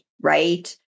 Right